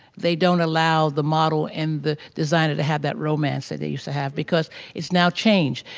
they don't allow the model and the designer to have that romance that they used to have because it's now changed.